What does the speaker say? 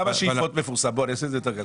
--- אני אעשה את זה יותר קל.